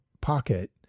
pocket